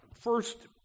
First